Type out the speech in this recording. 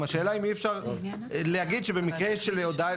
השאלה אם אי אפשר להגיד שבמקרה של הודעה,